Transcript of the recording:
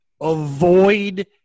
avoid